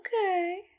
okay